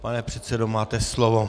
Pane předsedo, máte slovo.